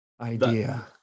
idea